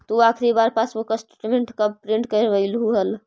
तु आखिरी बार पासबुक स्टेटमेंट कब प्रिन्ट करवैलु हल